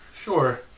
Sure